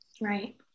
Right